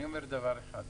אני אומר דבר אחד.